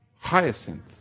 Hyacinth